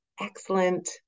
excellent